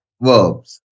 verbs